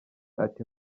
ati